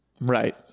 Right